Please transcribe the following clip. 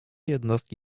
jednostki